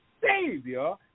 Savior